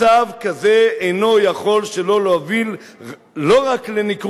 מצב כזה אינו יכול שלא להוביל לא רק לניכור